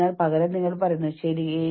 വ്യക്തിഗത ആവശ്യങ്ങൾ ഉയർന്നേക്കാം